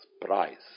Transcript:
price